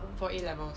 for A levels